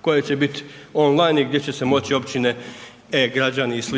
koji će biti online i gdje će se moći općine, e-građani i sl.